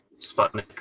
Sputnik